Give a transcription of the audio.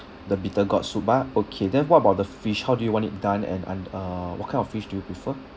the bitter gourd soup ah okay then what about the fish how do you want it done and and uh what kind of fish do you prefer